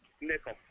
Nickel